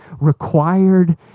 required